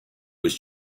was